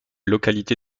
localité